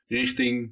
richting